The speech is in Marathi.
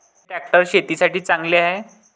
कोनचे ट्रॅक्टर शेतीसाठी चांगले हाये?